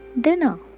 dinner